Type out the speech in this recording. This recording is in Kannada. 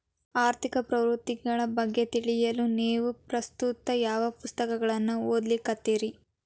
ಆರ್ಥಿಕ ಪ್ರವೃತ್ತಿಗಳ ಬಗ್ಗೆ ತಿಳಿಯಲು ನೇವು ಪ್ರಸ್ತುತ ಯಾವ ಪುಸ್ತಕಗಳನ್ನ ಓದ್ಲಿಕತ್ತಿರಿ?